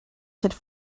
should